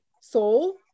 soul